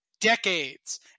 decades